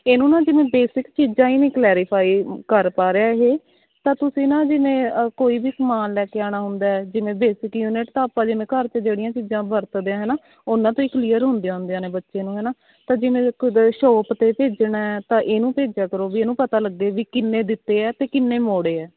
ਇਹਨੂੰ ਨਾ ਜਿਵੇਂ ਬੇਸਿਕ ਚੀਜ਼ਾਂ ਹੀ ਨਹੀਂ ਕਲੈਰੀਫਾਈ ਕਰ ਪਾ ਰਿਹਾ ਇਹ ਤਾਂ ਤੁਸੀਂ ਨਾ ਜਿਵੇਂ ਕੋਈ ਵੀ ਸਮਾਨ ਲੈ ਕੇ ਆਉਣਾ ਹੁੰਦਾ ਹੈ ਜਿਵੇਂ ਬੇਸਿਕ ਯੂਨਿਟ ਤਾਂ ਆਪਾਂ ਜਿਵੇਂ ਘਰ 'ਚ ਜਿਹੜੀਆਂ ਚੀਜ਼ਾਂ ਵਰਤਦੇ ਹਾਂ ਹੈ ਨਾ ਉਹਨਾਂ ਤੋਂ ਹੀ ਕਲੀਅਰ ਹੁੰਦੀਆਂ ਹੁੰਦੀਆਂ ਨੇ ਬੱਚੇ ਨੂੰ ਹੈ ਨਾ ਤਾਂ ਜਿਵੇਂ ਵੀ ਕਦੇ ਸ਼ੌਪ 'ਤੇ ਭੇਜਣਾ ਹੈ ਤਾਂ ਇਹਨੂੰ ਭੇਜਿਆ ਕਰੋ ਵੀ ਇਹਨੂੰ ਪਤਾ ਲੱਗੇ ਵੀ ਕਿੰਨੇ ਦਿੱਤੇ ਹੈ ਅਤੇ ਕਿੰਨੇ ਮੋੜੇ ਹੈ